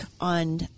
on